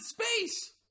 space